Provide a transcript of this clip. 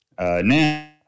Now